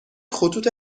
خطوط